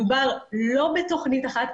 לא מדובר בתכנית אחת.